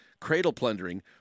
cradle-plundering